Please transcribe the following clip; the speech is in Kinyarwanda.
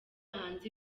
hanze